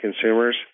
consumers